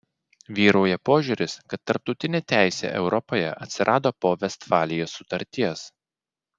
vyrauja požiūris kad tarptautinė teisė europoje atsirado po vestfalijos sutarties